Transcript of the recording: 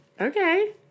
Okay